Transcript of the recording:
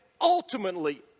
ultimately